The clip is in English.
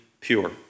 pure